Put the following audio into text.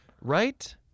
Right